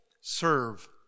serve